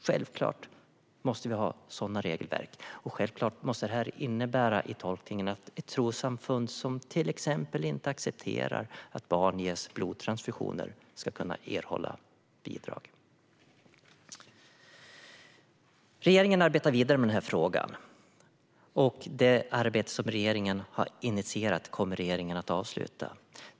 Självklart måste sådana regelverk finnas, och självklart måste det innebära i tolkningen att ett trossamfund som till exempel inte accepterar att barn ges blodtransfusioner inte ska kunna erhålla bidrag. Regeringen arbetar vidare med frågan, och det arbete som regeringen har initierat kommer regeringen att avsluta.